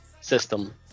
system